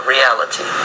reality